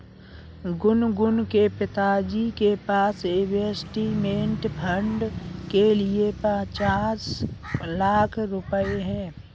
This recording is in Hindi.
गुनगुन के पिताजी के पास इंवेस्टमेंट फ़ंड के लिए पचास लाख रुपए है